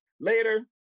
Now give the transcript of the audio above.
later